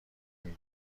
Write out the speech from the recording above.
مگه